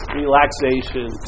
relaxation